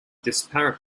disparate